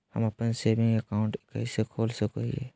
हम अप्पन saving account कइसे खोल सको हियै?